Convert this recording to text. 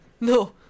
No